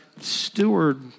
steward